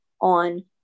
on